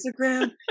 instagram